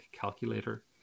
calculator